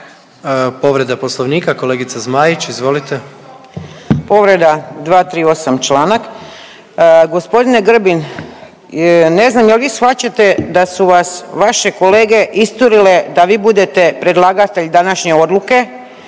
Povreda Poslovnika, kolegica Zmaić izvolite. **Zmaić, Ankica (HDZ)** Povreda, 238. članak. Gospodine Grbin, ne znam jel vi shvaćate da su vas vaše kolege isturile da vi budete predlagatelj današnje odluke,